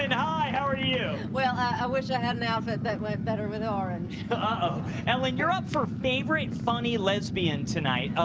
and hi! how are you? well, i wish i had an outfit that went better with orange. uh-oh. um ellen, you're up for favorite funny lesbian tonight.